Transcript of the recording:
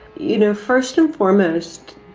you know, first and foremost,